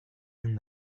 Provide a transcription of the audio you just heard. and